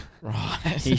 Right